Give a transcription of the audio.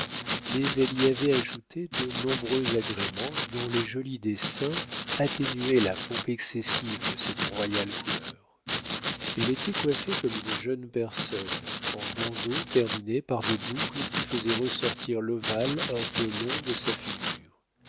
mais elle y avait ajouté de nombreux agréments dont les jolis dessins atténuaient la pompe excessive de cette royale couleur elle était coiffée comme une jeune personne en bandeaux terminés par des boucles qui faisaient ressortir l'ovale un peu long de sa figure